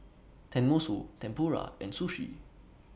Tenmusu Tempura and Sushi